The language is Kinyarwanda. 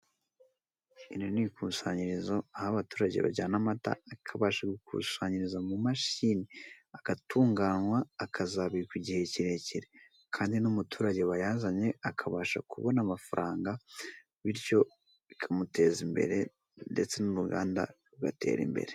Iri ni ikusanyirizo aho abaturage bajyana amata akabasha gukusanyirizwa mu mashini agatungankwa akazabikwa igihe kirekire kandi n'umuturage wayazanye akazabasha kubona amafaranga bityo bikamuteza imbere ndetse n'uruganda rugatera imbere.